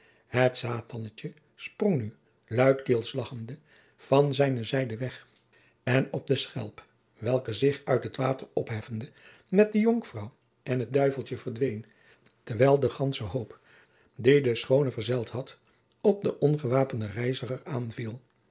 satannetje sprong nu luidkeels lagchende van zijne zijde weg en op de schelp welke zich uit het water opheffende met de jonkvrouw en het duiveltje verdween terwijl de gandsche hoop die de schoone verzeld had op den ongewapenden reiziger aanviel